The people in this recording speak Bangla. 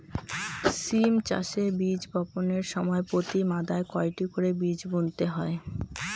সিম চাষে বীজ বপনের সময় প্রতি মাদায় কয়টি করে বীজ বুনতে হয়?